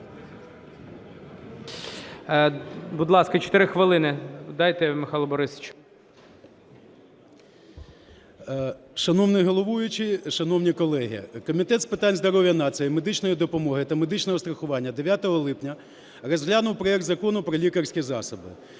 Шановний головуючий, шановні колеги! Комітет з питань здоров’я нації, медичної допомоги та медичного страхування 9 липня розглянув проект Закону про лікарські засоби.